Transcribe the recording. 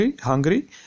hungry